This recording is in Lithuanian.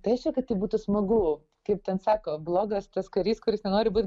tai aišku kad tai būtų smagu kaip ten sako blogas tas karys kuris nenori būt